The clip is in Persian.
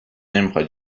نمیخواد